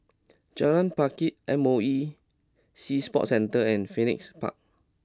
Jalan Pakis M O E Sea Sports Centre and Phoenix Park